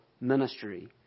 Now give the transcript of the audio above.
ministry